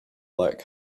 black